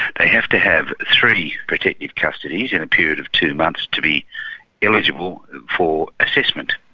they have to have three protective custodies in a period of two months to be eligible for assessment.